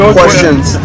questions